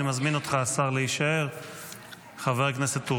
אני מזמין אותך, השר, להישאר.